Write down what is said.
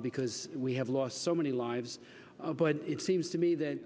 because we have lost so many lives but it seems to me that